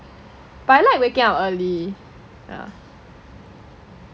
but I like waking up early yeah